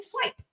swipe